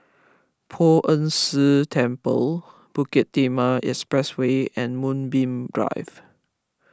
Poh Ern Shih Temple Bukit Timah Expressway and Moonbeam Drive